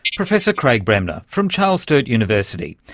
professor craig bremner from charles sturt university.